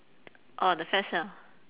orh the fat cell